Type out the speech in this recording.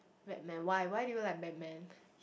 Batman why why do you like Batman